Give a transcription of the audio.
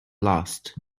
lost